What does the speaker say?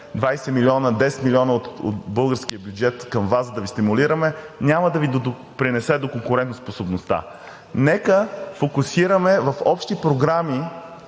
20 милиона, 10 милиона от българския бюджет към Вас да ви стимулираме, няма да Ви допринесе до конкурентоспособността. Нека фокусираме в общи програми,